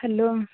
hello